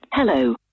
Hello